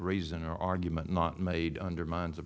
reason our argument not made undermines